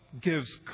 gives